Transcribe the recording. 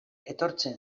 etortzen